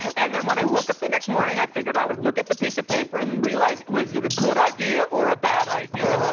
and then when i woke up the next morning i figured i would look at the piece of paper and realize was it a good idea or a bad idea?